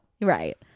right